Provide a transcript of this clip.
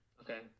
okay